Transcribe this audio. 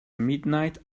midnight